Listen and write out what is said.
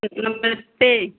नमस्ते